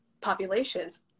populations